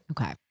Okay